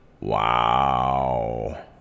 Wow